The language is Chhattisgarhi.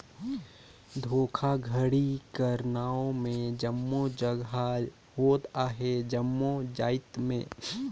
धोखाघड़ी कर नांव में जम्मो जगहा होत अहे जम्मो जाएत में